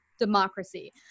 democracy